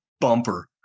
bumper